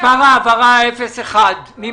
מספר העברה 8001 מי